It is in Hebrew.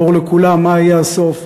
ברור לכולם מה יהיה הסוף.